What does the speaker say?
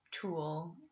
tool